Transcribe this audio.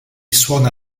suona